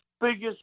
biggest